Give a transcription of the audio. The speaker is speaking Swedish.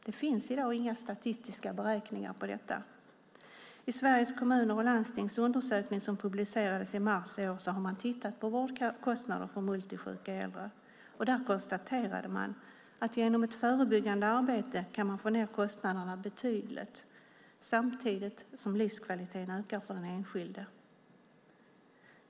Det finns i dag inga statistiska beräkningar på detta. I Sveriges Kommuner och Landstings undersökning som publicerades i mars i år har man tittat på vårdkostnader för multisjuka äldre. Där konstaterade man att genom ett förebyggande arbete kan man få ned kostnaderna betydligt samtidigt som livskvaliteten ökar för den enskilde.